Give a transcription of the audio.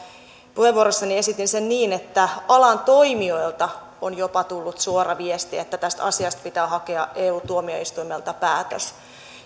puheenvuorossani esitin sen niin että alan toimijoilta on jopa tullut suora viesti että tästä asiasta pitää hakea eu tuomioistuimelta päätös